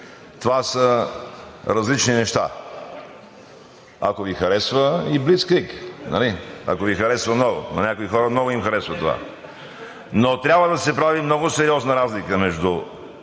ГЕОРГИ МИХАЙЛОВ: Ако Ви харесва и блицкриг. Ако Ви харесва много, на някои хора много им харесва това. Но трябва да се прави много сериозна разлика между